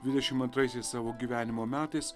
dvidešimt antraisiais savo gyvenimo metais